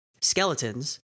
Skeletons